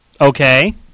Okay